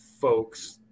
folks